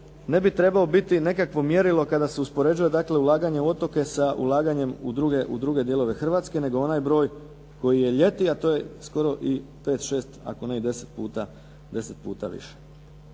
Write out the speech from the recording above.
ne bi trebalo biti nekakvo mjerilo kada se uspoređuje dakle ulaganje u otoke sa ulaganjem u druge dijelove Hrvatske, nego onaj broj koji je ljeti a to je skoro i pet, šest ako ne i deset puta više.